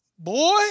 Boy